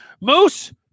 Moose